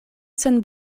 sen